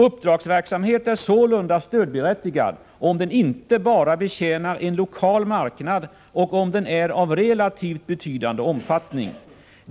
Uppdragsverksamhet är sålunda stödberättigad om den inte bara betjänar en lokal marknad och om den är av relativt betydande omfattning.